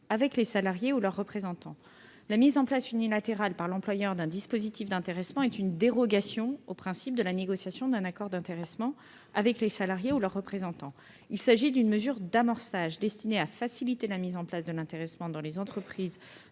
avec les salariés ou leurs représentants. La mise en place unilatérale par l'employeur d'un dispositif d'intéressement est une dérogation au principe de la négociation d'un accord d'intéressement avec les salariés ou leurs représentants. Il s'agit d'une mesure d'amorçage destinée à faciliter la mise en place de l'intéressement dans les entreprises